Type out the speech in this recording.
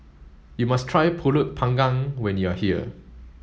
you must try Pulut panggang when you are here